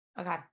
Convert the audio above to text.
Okay